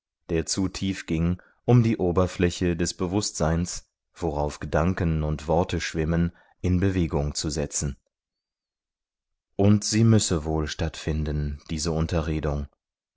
der zu tief ging um die oberfläche des bewußtseins worauf gedanken und worte schwimmen in bewegung zu setzen und sie müsse wohl stattfinden diese unterredung